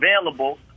available